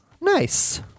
Nice